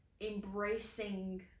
embracing